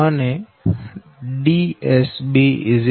અને DSB r